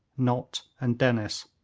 nott, and dennis,